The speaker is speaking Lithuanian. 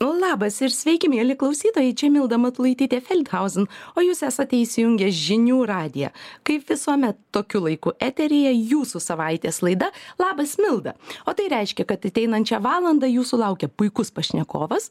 labas ir sveiki mieli klausytojai čia milda matulaitytė felt hauzen o jūs esate įsijungę žinių radiją kaip visuomet tokiu laiku eteryje jūsų savaitės laida labas milda o tai reiškia kad ateinančią valandą jūsų laukia puikus pašnekovas